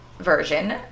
version